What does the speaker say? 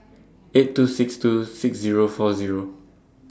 eight two six two six Zero four Zero